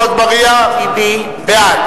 עפו אגבאריה, בעד